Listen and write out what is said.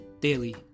Daily